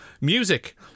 Music